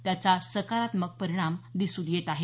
त्याचा सकारात्मक परिणाम दिसून येत आहे